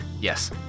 Yes